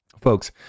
folks